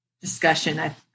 discussion